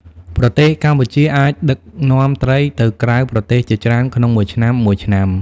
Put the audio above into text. ប្រទេសកម្ពុជាអាចដឹកនាំត្រីទៅក្រៅប្រទេសជាច្រើនក្នុងមួយឆ្នាំៗ។